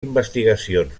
investigacions